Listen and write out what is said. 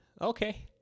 okay